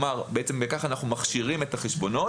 בעצם כך אנחנו מכשירים את החשבונות.